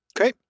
Okay